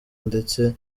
ndetse